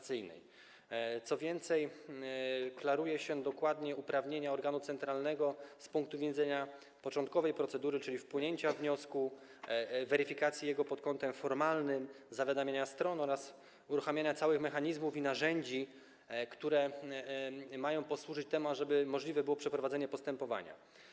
Co więcej, klaruje się dokładnie uprawnienia organu centralnego z punktu widzenia początkowej procedury, czyli wpłynięcia wniosku, jego weryfikacji pod kątem formalnym, zawiadamiania stron oraz uruchamiania całych mechanizmów i narzędzi, które mają posłużyć temu, ażeby możliwe było przeprowadzenie postępowania.